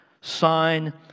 sign